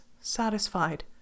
Satisfied